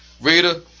Rita